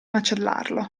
macellarlo